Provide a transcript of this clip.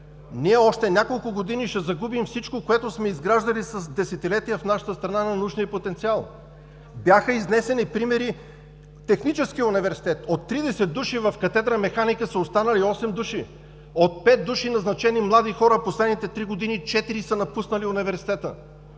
ние още няколко години и ще загубим всичко, което сме изграждали с десетилетия в нашата страна на научния потенциал. Бяха изнесени примери. Техническият университет – от 30 души в катедра „Механика“, са останали 8 души. От 5 души назначени млади хора в последните три години – четирима са напуснали университета.